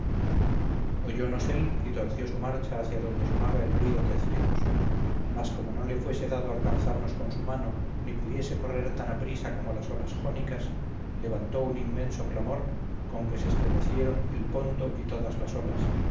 oyonos él y torció su marcha hacia donde sonaba el ruido que hacíamos mas como no le fuese dado alcanzarnos con su mano ni pudiese correr tan aprisa como las olas jónicas levantó un inmenso clamor conque se estremecieron el ponto y todas las olas